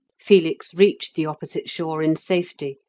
felix reached the opposite shore in safety,